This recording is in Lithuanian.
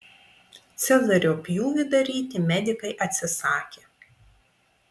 cezario pjūvį daryti medikai atsisakė